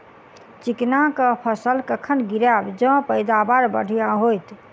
चिकना कऽ फसल कखन गिरैब जँ पैदावार बढ़िया होइत?